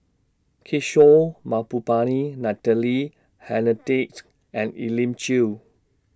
Kishore Mahbubani Natalie and Elim Chew